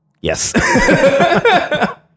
yes